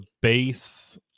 base